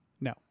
No